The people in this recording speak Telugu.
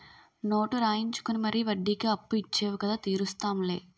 నోటు రాయించుకుని మరీ వడ్డీకి అప్పు ఇచ్చేవు కదా తీరుస్తాం లే